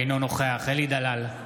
אינו נוכח אלי דלל,